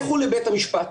לכו לבית המשפט,